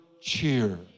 cheer